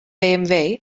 bmw